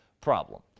problem